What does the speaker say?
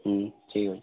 ହୁଁ ଠିକ୍ ଅଛେ